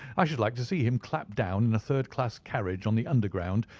i should like to see him clapped down in a third class carriage on the underground,